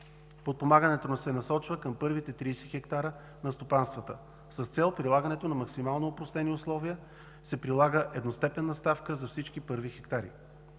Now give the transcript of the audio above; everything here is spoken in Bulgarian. подпомагането се насочва към първите 30 хектара на стопанствата. С цел максимално опростени условия се прилага едностепенна ставка за всички първи хектари.